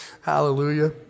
Hallelujah